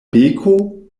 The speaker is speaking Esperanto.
beko